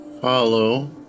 follow